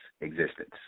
existence